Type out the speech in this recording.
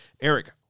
Eric